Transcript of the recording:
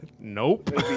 Nope